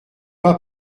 pas